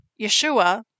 Yeshua